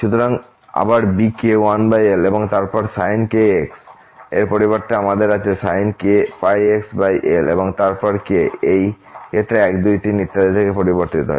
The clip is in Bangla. সুতরাং bk আবার 1l এবং তারপর sin kx এর পরিবর্তে আমাদের আছে sin kπxl এবং তারপর k এই ক্ষেত্রে 1 2 3 ইত্যাদি থেকে পরিবর্তিত হয়